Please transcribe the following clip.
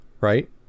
right